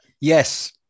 Yes